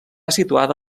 situada